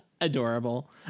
Adorable